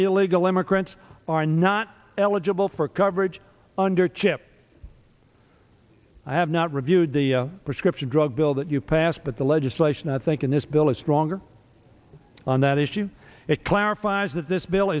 illegal immigrants are not eligible for coverage under chip i have not reviewed the prescription drug bill that you passed but the legislation i think in this bill is stronger on that issue it clarifies that this bill